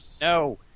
no